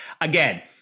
again